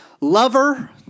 lover